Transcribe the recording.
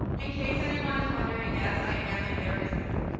in case anyone is wondering, yes, i am an aries moon.